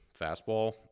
fastball